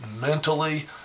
mentally